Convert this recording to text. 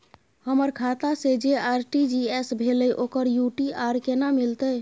हमर खाता से जे आर.टी.जी एस भेलै ओकर यू.टी.आर केना मिलतै?